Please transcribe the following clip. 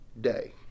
day